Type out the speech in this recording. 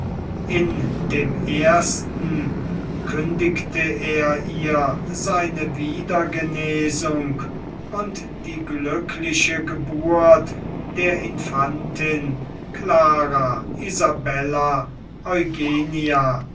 in dem ersten kündigte er ihr seine wiedergenesung und die glückliche geburt der infantin clara isabella